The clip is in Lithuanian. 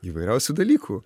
įvairiausių dalykų